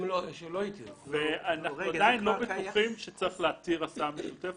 אנחנו עדיין לא בטוחים שצריך להתיר הסעה משותפת.